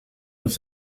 was